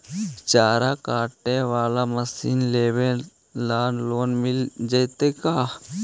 चारा काटे बाला मशीन लेबे ल लोन मिल जितै का?